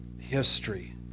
history